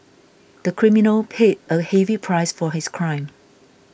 the criminal paid a heavy price for his crime